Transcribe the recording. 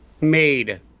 made